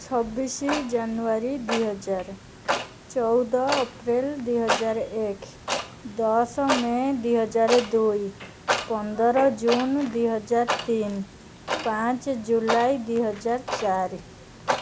ଛବିଶ ଜାନୁଆରୀ ଦୁଇହଜାର ଚଉଦ ଅପ୍ରିଲ ଦୁଇହଜାର ଏକ ଦଶ ମେ ଦୁଇହଜାର ଦୁଇ ପନ୍ଦର ଜୁନ ଦୁଇ ହଜାର ତିନି ପାଞ୍ଚ ଜୁଲାଇ ଦୁଇହଜାର ଚାରି